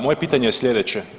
Moje pitanje je slijedeće.